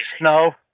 No